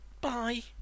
Bye